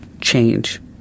change